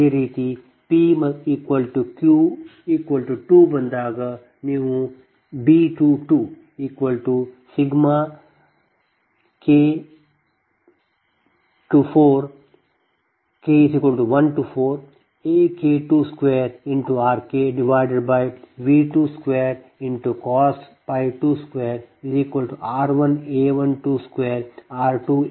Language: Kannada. ಅದೇ ರೀತಿ p q 2 ಬಂದಾಗ ನೀವು B22 K14AK22RKV222 R1A122R2A222R3A322R4A422V222 0